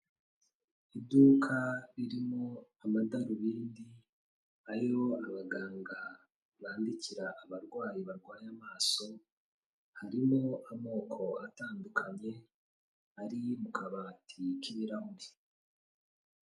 Iduka ririmo amadarubindi ariho abaganga bandikira abarwayi barwaye amaso, harimo amoko atandukanye, ari mu kabati k'ibirahure.